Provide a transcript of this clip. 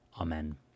amen